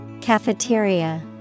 Cafeteria